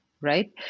right